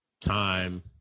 time